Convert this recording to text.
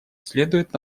следует